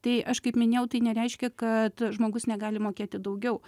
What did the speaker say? tai aš kaip minėjau tai nereiškia kad žmogus negali mokėti daugiau